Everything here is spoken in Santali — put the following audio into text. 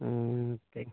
ᱴᱷᱤᱠ